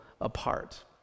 apart